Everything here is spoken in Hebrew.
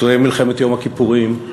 פצועי מלחמת יום הכיפורים,